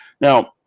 Now